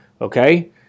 okay